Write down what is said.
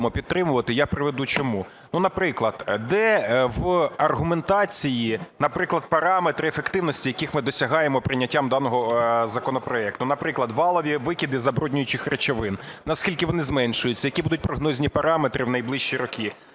Я приведу чому. Наприклад, де в аргументації параметри ефективності, яких ми досягаємо прийняттям даного законопроекту? Наприклад, валові викиди забруднюючих речовин, наскільки вони зменшуються, які будуть прогнозні параметри в найближчі роки?